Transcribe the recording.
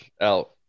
out